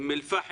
אום אל פאחם,